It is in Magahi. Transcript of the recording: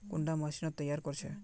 कुंडा मशीनोत तैयार कोर छै?